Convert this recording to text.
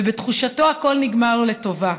ובתחושתו הכול נגמר לו לטובה.